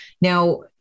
Now